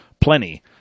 plenty